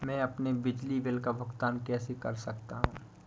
मैं अपने बिजली बिल का भुगतान कैसे कर सकता हूँ?